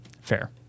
Fair